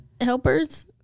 helpers